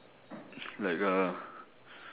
like uh